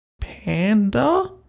panda